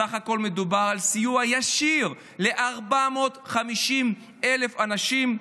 על סיוע ישיר ל-450,000 אנשים,